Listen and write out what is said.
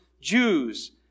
Jews